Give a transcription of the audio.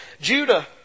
Judah